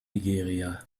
nigeria